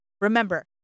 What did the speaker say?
Remember